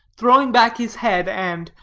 throwing back his head and,